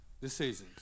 decisions